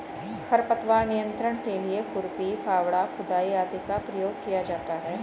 खरपतवार नियंत्रण के लिए खुरपी, फावड़ा, खुदाई आदि का प्रयोग किया जाता है